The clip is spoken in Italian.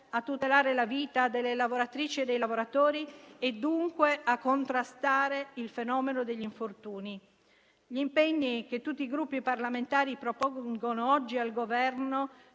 a tutelare la vita delle lavoratrici e dei lavoratori e dunque a contrastare il fenomeno degli infortuni. Gli impegni che tutti i Gruppi parlamentari propongono oggi al Governo